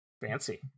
Fancy